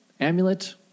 Amulet